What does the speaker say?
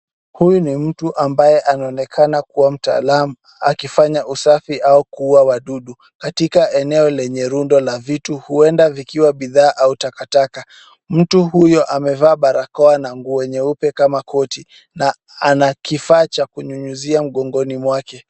Huyu ni mtu ambaye anaonekana kuwa mtaalam akifanya usafi au kuua wadudu katika eneo lenye rundo la vitu huenda vikiwa bidhaa au takataka. Mtu huyu amevaa barakoa na nguo nyeupe kama koti na ana kifaa cha kunyunyuzia mgongoni mwake.